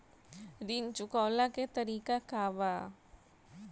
ऋण चुकव्ला के तरीका का बा?